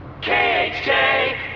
KHJ